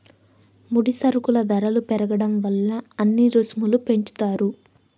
ముడి సరుకుల ధరలు పెరగడం వల్ల అన్ని రుసుములు పెంచుతారు